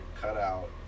cutout